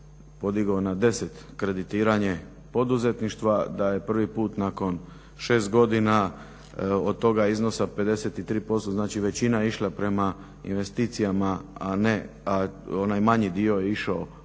podigao na 10 kreditiranje poduzetništva, daje prvi puta nakon 6 godina od toga iznosa 53% znači većina išla prema investicijama a onaj manji dio je išao prema